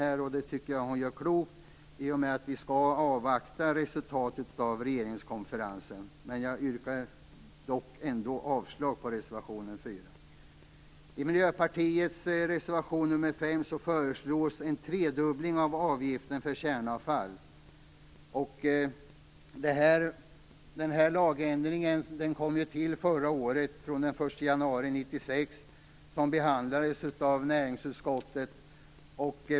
Jag tycker att hon gör klokt i det, eftersom vi skall avvakta resultatet av regeringskonferensen. Jag yrkar ändock avslag på reservation nr 4. I Miljöpartiets reservation nr 5 föreslås en tredubbling av avgiften för kärnavfall. Lagändringen trädde i kraft den 1 januari 1996 och hade behandlats av näringsutskottet.